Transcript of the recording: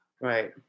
Right